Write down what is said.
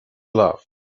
love